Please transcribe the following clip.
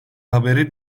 haberi